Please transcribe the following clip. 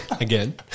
Again